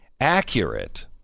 accurate